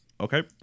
Okay